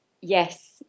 Yes